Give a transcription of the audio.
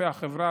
לפי החברה,